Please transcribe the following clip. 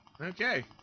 okay